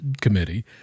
Committee